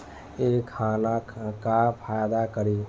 इ खाना का फायदा करी